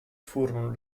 furono